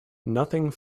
nothing